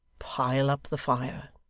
pile up the fire!